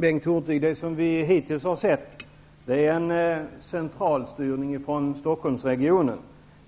Herr talman! Det som vi hittills har sett, Bengt Hurtig, är en centralstyrning från Stockholmsregionen,